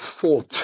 Thought